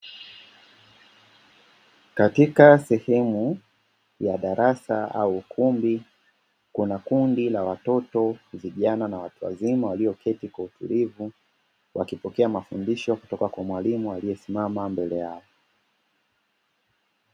Katika sehemu ya darasa au kumbi, kuna kundi la watoto, vijana na watu wazima walioketi kwa utulivu, wakipokea mafundisho kutoka kwa mwalimu aliyesimama mbele yao.